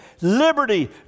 liberty